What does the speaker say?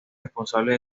responsables